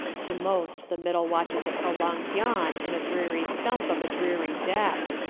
to most the middle watch is a prolonged yawn and a dreary stump of a dreary deck.